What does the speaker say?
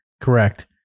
Correct